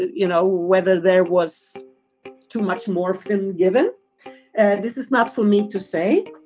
you know, whether there was too much morphine, and given and this is not for me to say